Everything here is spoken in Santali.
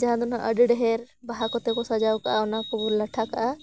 ᱡᱟᱦᱟᱸ ᱫᱚ ᱱᱟᱦᱟᱜ ᱟᱹᱰᱤ ᱰᱷᱮᱨ ᱵᱟᱦᱟ ᱠᱚᱛᱮ ᱠᱚ ᱥᱟᱡᱟᱣ ᱠᱟᱜᱼᱟ ᱚᱱᱟ ᱠᱚᱵᱚᱱ ᱞᱟᱴᱷᱟ ᱠᱟᱜᱼᱟ